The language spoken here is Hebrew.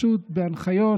שפשוט בהנחיות,